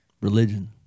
Religion